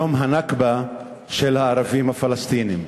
יום הנכבה של הערבים הפלסטינים.